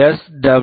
W